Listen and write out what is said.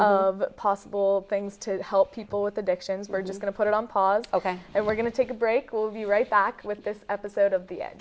of possible things to help people with addictions we're just going to put it on pause ok and we're going to take a break we'll be right back with this episode of th